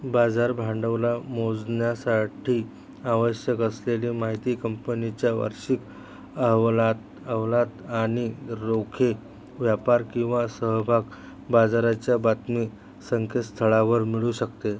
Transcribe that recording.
बाजार भांडवल मोजण्यासाठी आवश्यक असलेली माहिती कंपनीच्या वार्षिक अहवलात अहवालात आणि रोखे व्यापार किंवा समभाग बाजाराच्या बातमी संकेतस्थळावर मिळू शकते